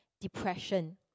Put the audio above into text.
depression